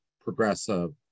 progressive